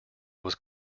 was